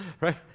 right